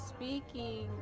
Speaking